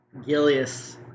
Gilius